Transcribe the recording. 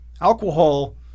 alcohol